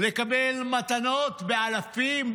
לקבל מתנות באלפים,